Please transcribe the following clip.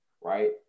right